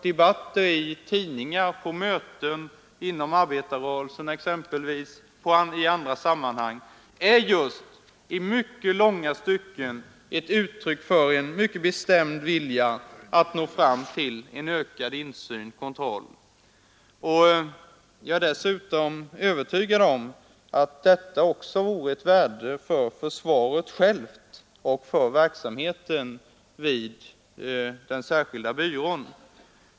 Debatten i tidningar, vid möten inom exempelvis arbetarrörelsen och i andra sammanhang ger i långa stycken uttryck för en mycket bestämd vilja att nå fram till en ökad insyn och kontroll. Jag är dessutom övertygad om att detta också vore av värde för försvaret självt och för verksamheten vid den särskilda byrån.